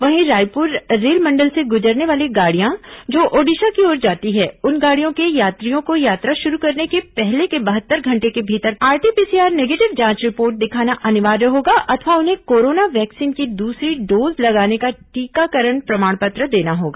वहीं रायपुर रेलमंडल से गुजरने वाली गाड़ियां जो ओडिशा की ओर जाती हैं उन गाड़ियों के यात्रियों को यात्रा शुरू करने के पहले के बहत्तर घंटे के भीतर करवाई गई आरटी पीसीआर निगेटिव जांच रिपोर्ट दिखाना अनिवार्य होगा अथवा उन्हें कोरोना वैक्सीन की दूसरी डोज लगने का टीकाकरण प्रमाण पत्र देना होगा